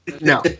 No